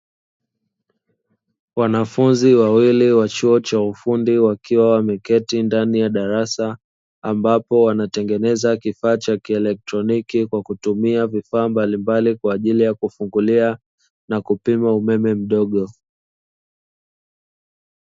Wanafunzi wawili wa chuo cha ufundi wakiwa waketi ndani ya darasa ambapo wanatengeneza kifaa cha kielektroniki kwa kutumia vifaa mbalimbali kwa ajili ya kufungulia na kupima umeme mdogo.